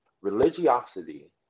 religiosity